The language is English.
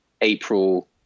April